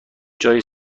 جای